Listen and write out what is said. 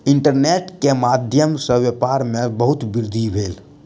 internet के माध्यम सॅ व्यापार में बहुत वृद्धि भेल